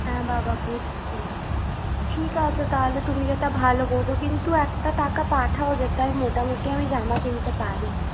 হ্যাঁ বাবা বুঝছি ঠিক আছে তাহলে তুমি যেটা ভালো বোঝো কিন্তু একটা টাকা পাঠাও যেটায় মোটামুটি আমি জামা কিনতে পারি